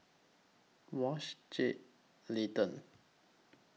Wash Jed Layton